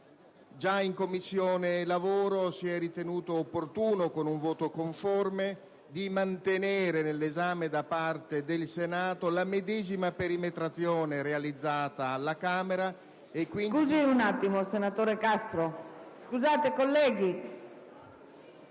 Già in Commissione lavoro si è ritenuto opportuno, con un voto conforme, di mantenere nell'esame da parte del Senato la medesima perimetrazione realizzata alla Camera. *(Brusio).* PRESIDENTE. Mi scusi, senatore Castro. Colleghi,